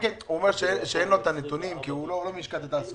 הוא אומר שאין לו את הנתונים כי הוא לא מלשכת התעסוקה.